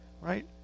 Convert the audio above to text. right